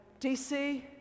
DC